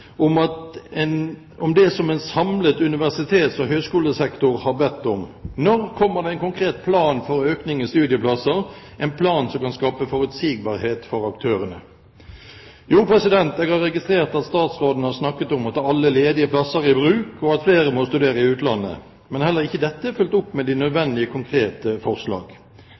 om det som en samlet universitets- og høyskolesektor har bedt om: Når kommer det en konkret plan for økning i studieplasser, en plan som kan skape forutsigbarhet for aktørene? Jo, jeg har registrert at statsråden har snakket om å ta alle ledige plasser i bruk, og at flere må studere i utlandet, men heller ikke dette er fulgt opp med de nødvendige konkrete forslag.